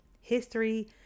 History